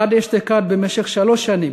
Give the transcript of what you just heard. עד אשתקד, במשך שלוש שנים,